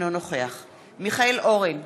אינו נוכח מיכאל אורן,